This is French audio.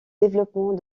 développement